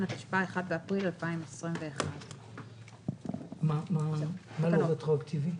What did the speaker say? התשפ"א (1 באפריל 2021). הכול רטרואקטיבי.